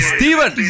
Steven